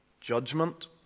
judgment